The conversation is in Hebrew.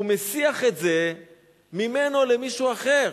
הוא מסיח את זה ממנו למישהו אחר.